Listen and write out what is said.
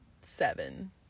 seven